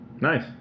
Nice